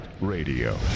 Radio